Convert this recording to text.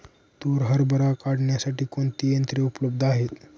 तूर हरभरा काढण्यासाठी कोणती यंत्रे उपलब्ध आहेत?